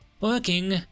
Working